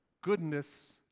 goodness